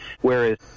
Whereas